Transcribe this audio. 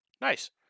Nice